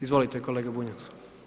Izvolite, kolega Bunjac.